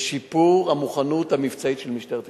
לשיפור המוכנות המבצעית של משטרת ישראל.